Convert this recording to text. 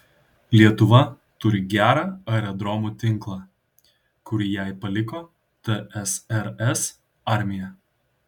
lietuva turi gerą aerodromų tinklą kurį jai paliko tsrs armija